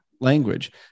language